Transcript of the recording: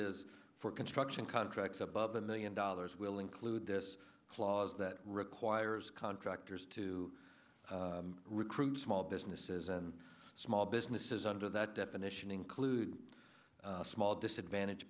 is for construction contracts above a million dollars will include this clause that requires contractors to recruit small businesses and small businesses under that definition include small disadvantage